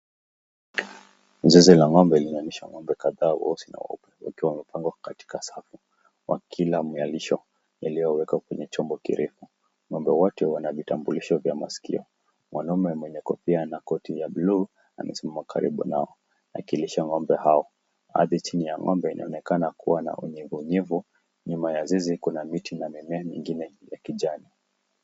Zizi la ng'ombe linalisha ng'ombe kadhaa weusi na weupe wakiwa wamepangwa katika safu, wakila malisho yaliyowekwa kwenye chombo kirefu. Ng'ombe wote wana vitambulisho vya maskio, mwanaume mwenye kofia na koti ya buluu, amesimama karibu nao, akilisha ng'ombe hao. Hadi chini ya ng'ombe inaonekana kuwa na unyevuunyevu, nyuma ya zizi kuna miti na mimea mingine ya kijani.